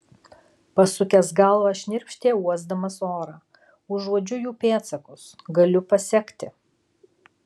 pasukęs galvą šnirpštė uosdamas orą užuodžiu jų pėdsakus galiu pasekti